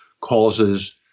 causes